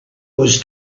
was